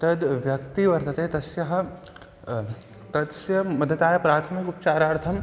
तद् व्यक्तिः वर्तते तस्याः तस्य मदताय प्राथमिक उपचारार्थं